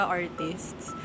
artists